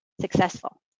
successful